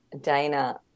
dana